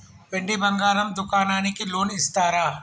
వెండి బంగారం దుకాణానికి లోన్ ఇస్తారా?